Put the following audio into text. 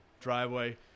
driveway